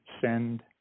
send